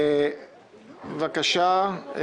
פנינה, בבקשה.